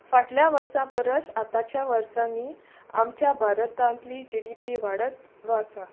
फाटल्या वर्सां परस आतांच्या वर्सांनी आमच्या भारतांतली जी डी पी वाडत वा आसा